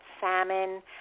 salmon